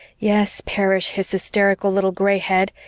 yes, perish his hysterical little gray head,